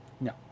no